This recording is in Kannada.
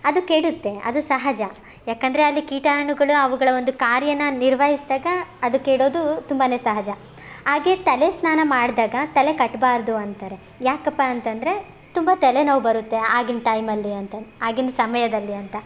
ಅದು ಕೆಡುತ್ತೆ ಅದು ಸಹಜ ಯಾಕಂದರೆ ಅಲ್ಲಿ ಕೀಟಾಣುಗಳು ಅವುಗಳ ಒಂದು ಕಾರ್ಯನ ನಿರ್ವಹಿಸಿದಾಗ ಅದು ಕೆಡೋದು ತುಂಬಾ ಸಹಜ ಹಾಗೇ ತಲೆ ಸ್ನಾನ ಮಾಡಿದಾಗ ತಲೆ ಕಟ್ಟಬಾರ್ದು ಅಂತಾರೆ ಯಾಕಪ್ಪ ಅಂತಂದರೆ ತುಂಬ ತಲೆನೋವು ಬರುತ್ತೆ ಆಗಿನ ಟೈಮಲ್ಲಿ ಅಂತ ಆಗಿನ ಸಮಯದಲ್ಲಿ ಅಂತ